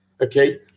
Okay